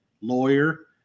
lawyer